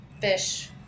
fish